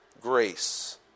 grace